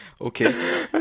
Okay